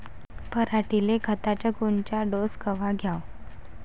पऱ्हाटीले खताचा कोनचा डोस कवा द्याव?